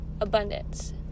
abundance